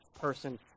person